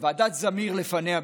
וועדת זמיר לפניה,